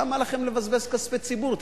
למה לכם לבזבז כספי ציבור?